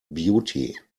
beauty